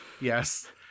Yes